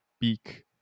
beak